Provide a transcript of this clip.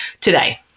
today